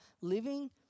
living